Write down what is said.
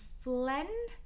Flynn